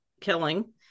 killing